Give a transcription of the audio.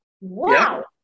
Wow